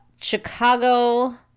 Chicago